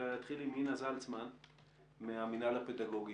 אלא להתחיל עם אינה זצלמן מהמנהל הפדגוגי,